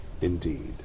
Indeed